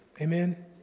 Amen